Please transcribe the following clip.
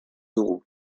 dugu